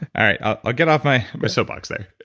all right. i'll get off my whistle box there.